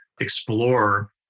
explore